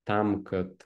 tam kad